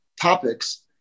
topics